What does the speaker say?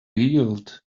yield